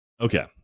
Okay